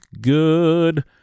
good